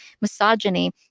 misogyny